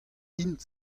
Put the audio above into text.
int